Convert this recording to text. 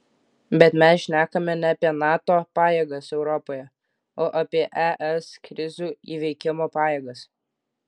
bet mes šnekame ne apie nato pajėgas europoje o apie es krizių įveikimo pajėgas